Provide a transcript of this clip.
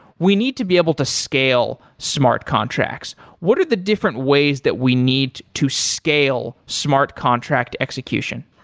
we need to be able to scale smart contracts. what are the different ways that we need to scale smart contract execution?